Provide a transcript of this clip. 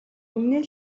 үнэнээ